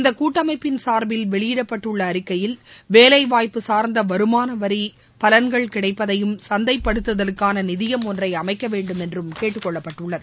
இந்த கூட்டமைப்பின் சார்பில் வெளியிடப்பட்டுள்ள அறிக்கையில் வேலைவாய்ப்பு சார்ந்த வருமானவரி பலன்கள் கிடைப்பதையும் சந்தைப்படுத்துதலுக்கான நிதியம் ஒன்றை அமைக்க வேண்டும் என்றும் கேட்டுக்கொள்ளப்பட்டுள்ளது